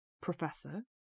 Professor